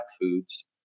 foods